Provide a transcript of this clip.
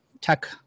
tech